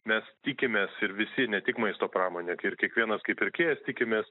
mes tikimės ir visi ne tik maisto pramonė ir kiekvienas kaip pirkėjas tikimės